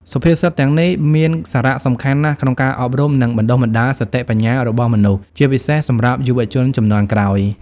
សុភាសិតទាំងនេះមានសារៈសំខាន់ណាស់ក្នុងការអប់រំ និងបណ្តុះបណ្តាលសតិបញ្ញារបស់មនុស្ស ជាពិសេសសម្រាប់យុវជនជំនាន់ក្រោយ។